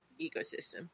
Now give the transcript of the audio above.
ecosystem